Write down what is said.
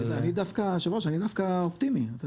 היושב-ראש, אני דווקא אופטימי.